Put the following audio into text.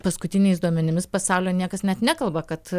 paskutiniais duomenimis pasaulio niekas net nekalba kad